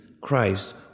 Christ